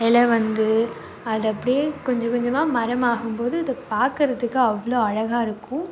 இலை வந்து அது அப்படியே கொஞ்சம் கொஞ்சமாக மரமாகும்போது அதைப் பார்க்கிறதுக்கு அவ்வளோ அழகாக இருக்கும்